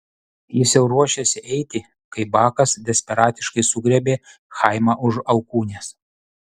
jis jau ruošėsi eiti kai bakas desperatiškai sugriebė chaimą už alkūnės